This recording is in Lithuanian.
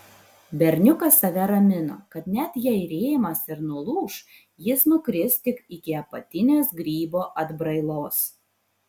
berniukas save ramino kad net jei rėmas ir nulūš jis nukris tik iki apatinės grybo atbrailos